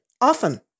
often